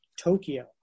Tokyo